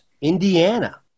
Indiana